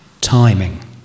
timing